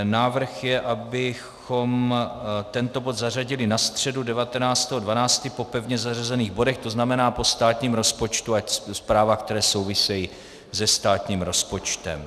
Návrh je, abychom tento bod zařadili na středu 19. 12. po pevně zařazených bodech, to znamená po státním rozpočtu a zprávách, které souvisejí se státním rozpočtem.